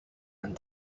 and